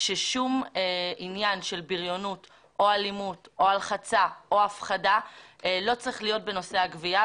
ששום עניין של בריונות או אלימות לא צריך להיות בנושא הגבייה,